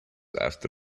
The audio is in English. after